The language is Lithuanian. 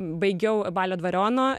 baigiau balio dvariono